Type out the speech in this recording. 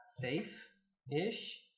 safe-ish